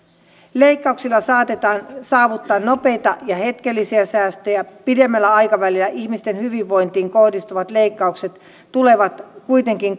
leikkauksilla saatetaan saavuttaa nopeita ja hetkellisiä säästöjä pidemmällä aikavälillä ihmisten hyvinvointiin kohdistuvat leikkaukset tulevat kuitenkin